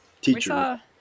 Teacher